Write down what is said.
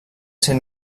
ser